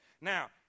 now